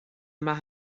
maith